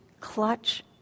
clutch